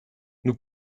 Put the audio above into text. nous